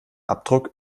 abdruck